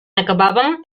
acabàvem